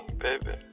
baby